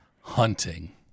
hunting